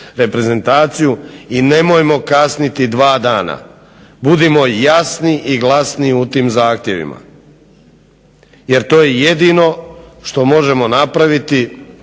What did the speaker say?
i nemojmo kasniti dva dana. Budimo jasni i glasni u tim zahtjevima jer to je jedino što možemo napraviti